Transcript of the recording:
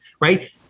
right